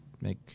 make